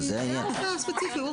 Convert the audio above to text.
כי זה הרופא הספציפי.